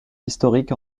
historique